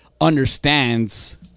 understands